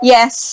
Yes